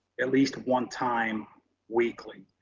at least one time weekly.